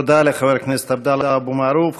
תודה לחבר הכנסת עבדאללה אבו מערוף.